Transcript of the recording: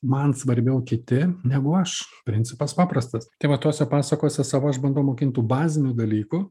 man svarbiau kiti negu aš principas paprastas tai va tose pasakose savo aš bandau mokint tų bazinių dalykų